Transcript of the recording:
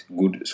good